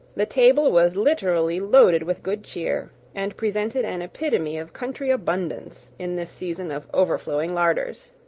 the table was literally loaded with good cheer, and presented an epitome of country abundance, in this season of overflowing larders.